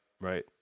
right